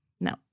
No